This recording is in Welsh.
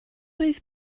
oedd